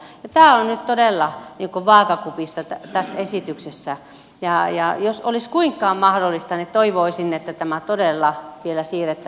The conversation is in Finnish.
tämä on nyt todella vaakakupissa tässä esityksessä ja jos olisi kuinkaan mahdollista niin toivoisin että tämä todella vielä siirrettäisiin mietittäväksi uudelleen